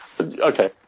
okay